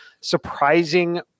surprising